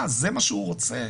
זה מה שהוא רוצה?